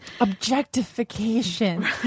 Objectification